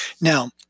Now